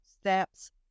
steps